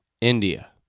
India